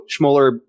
Schmoller